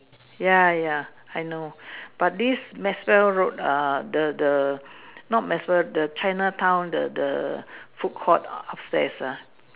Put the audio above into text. ya ya I know but this maxwell road uh the the not maxwell the Chinatown the the foodcourt upstairs ah